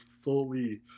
fully